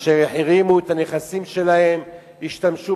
אשר החרימו את הנכסים שלהם והשתמשו